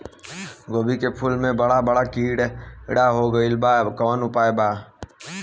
गोभी के फूल मे बड़ा बड़ा कीड़ा हो गइलबा कवन उपाय बा?